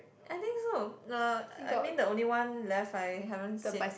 I think so uh I mean the only one left I haven't said